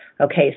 Okay